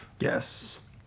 Yes